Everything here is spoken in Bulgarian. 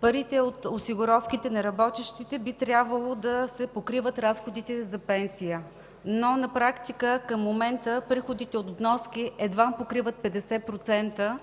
парите от осигуровките на работещите би трябвало да се покриват разходите за пенсия. Но на практика към момента приходите от вноски едвам покриват 50%